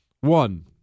One